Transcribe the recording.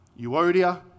Euodia